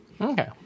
Okay